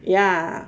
ya